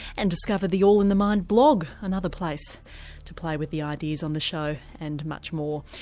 and discover the all in the mind blog, another place to play with the ideas on the show and much more.